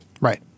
Right